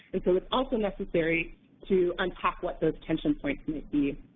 and so it's also necessary to unpack what those tension points might be.